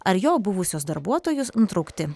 ar jo buvusius darbuotojus nutraukti